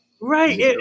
Right